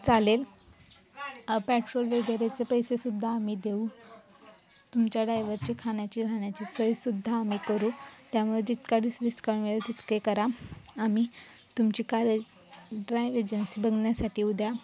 चालेल पेट्रोल वगैरेचे पैसे सुद्धा आम्ही देऊ तुमच्या ड्रायव्हरचे खाण्याची राहण्याची सोय सुद्धा आम्ही करू त्यामुळे जितका डीस डिस्काउंट मिळेल तितके करा आम्ही तुमची कार ए ड्रायव्ह एजन्सी बघण्यासाठी उद्या